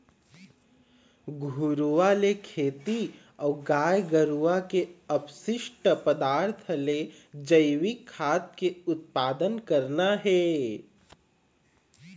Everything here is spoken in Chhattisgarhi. घुरूवा ले खेती अऊ गाय गरुवा के अपसिस्ट पदार्थ ले जइविक खाद के उत्पादन करना हे